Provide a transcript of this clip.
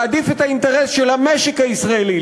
להעדיף את האינטרס של המשק הישראלי,